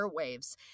airwaves